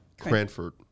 Cranford